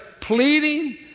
pleading